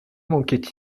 manquait